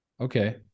Okay